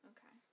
Okay